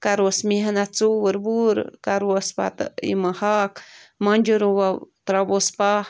کَرہوس محنت ژوٗر ووٗر کَرہوس پتہٕ یِمہٕ ہاکھ مۄنٛجہٕ رُوَو تَراوہوس پَاہ